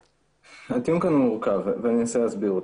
הטיעון כאן מורכב ואני אנסה להסביר אותו.